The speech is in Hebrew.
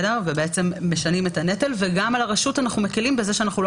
אנחנו בעצם משנים את הנטל ומקילים על הרשות בכך שאנחנו לא